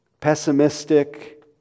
pessimistic